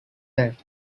that